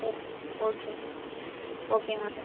okay okay okay madam